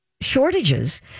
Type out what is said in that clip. shortages